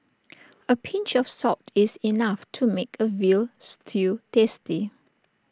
A pinch of salt is enough to make A Veal Stew tasty